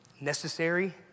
necessary